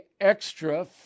extra